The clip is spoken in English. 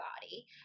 body